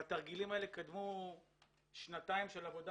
לתרגילים האלה קדמו שנתיים של עבודה